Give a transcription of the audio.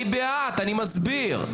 אני בעד, אני מסביר.